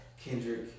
Kendrick